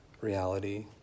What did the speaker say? reality